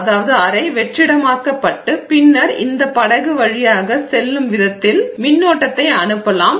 எனவே அறை வெற்றிடமாக்கப்பட்டு பின்னர் இந்த படகு வழியாக செல்லும் விதத்தில் மின்னோட்டத்தை அனுப்பலாம்